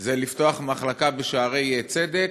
זה לפתוח מחלקה בשערי צדק,